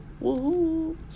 Woohoo